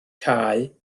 cau